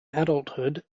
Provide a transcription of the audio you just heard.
adulthood